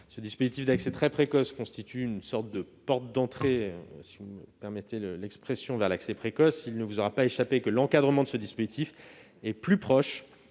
le dispositif d'accès très précoce constitue une sorte de porte d'entrée vers l'accès précoce, il ne vous aura pas échappé que l'encadrement de ce dispositif est plus proche